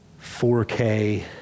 4K